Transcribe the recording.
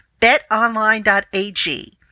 betonline.ag